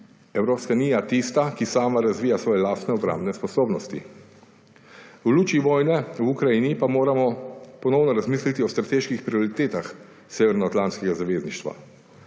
Evropska unija tista, ki sama razvija svoje lastne obrambne sposobnosti. V luči vojne v Ukrajini pa moramo ponovno razmisliti o strateških prioritetah Severnoatlantskega zavezništva.